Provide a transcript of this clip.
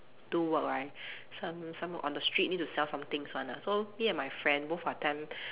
do work right some some on the street need to sell some things [one] ah so me and my friend both are temp~